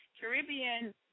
Caribbean